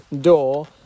Door